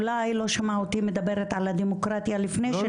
אולי לא שמע אותי מדברת על הדמוקרטיה לפני שניסיתם לשנות אותה ברפורמה.